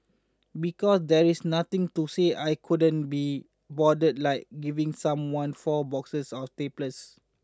because there is nothing to says I couldn't be bothered like giving someone four boxes of staples